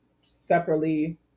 separately